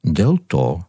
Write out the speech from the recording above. dėl to